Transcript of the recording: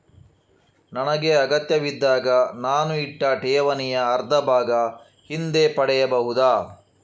ನನಗೆ ಅಗತ್ಯವಿದ್ದಾಗ ನಾನು ಇಟ್ಟ ಠೇವಣಿಯ ಅರ್ಧಭಾಗ ಹಿಂದೆ ಪಡೆಯಬಹುದಾ?